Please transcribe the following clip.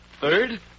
Third